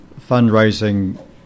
fundraising